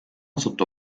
sotto